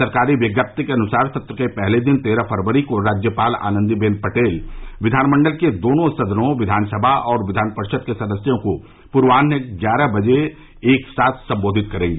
सरकारी विज्ञप्ति के अनुसार सत्र के पहले दिन तेरह फरवरी को राज्यपाल आनंदीबेन पटेल विधानमंडल के दोनों सदनों विधानसभा और विधान परिषद के सदस्यों को पूर्वान्ह ग्यारह बजे एक साथ सम्बोधित करेंगी